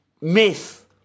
myth